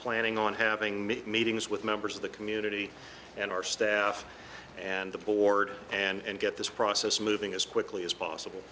planning on having me meetings with members of the community and our staff and the board and get this process moving as quickly as possible